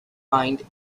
mind